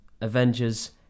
Avengers